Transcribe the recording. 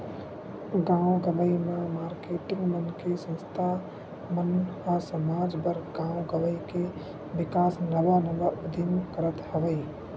गाँव गंवई म मारकेटिंग मन के संस्था मन ह समाज बर, गाँव गवई के बिकास नवा नवा उदीम करत हवय